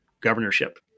governorship